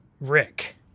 Rick